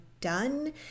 done